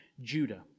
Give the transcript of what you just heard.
Judah